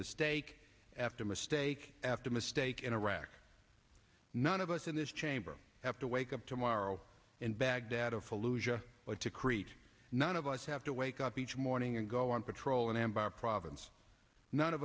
mistake after mistake after mistake in iraq none of us in this chamber have to wake up tomorrow and baghdad of fallujah to create none of us have to wake up each morning and go on patrol in anbar province none of